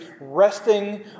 resting